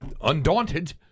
Undaunted